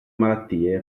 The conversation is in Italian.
malattie